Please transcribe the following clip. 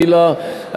גילה,